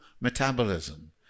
metabolism